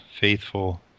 faithful